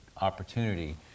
opportunity